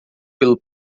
pelo